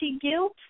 guilt